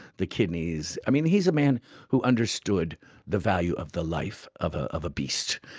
the kidneys. he's a man who understood the value of the life of ah of a beast.